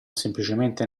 semplicemente